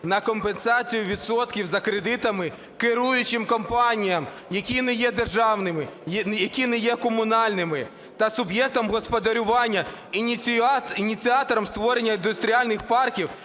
на компенсацію відсотків за кредитами керуючим компаніям, які не є державними, які не є комунальними, та суб'єктам господарювання ініціаторам створення індустріальних парків